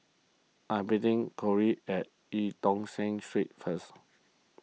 I'm meeting Corie at Eu Tong Sen Street first